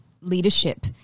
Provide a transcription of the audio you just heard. leadership